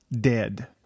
dead